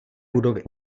budovy